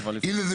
הנה, זה